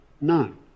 none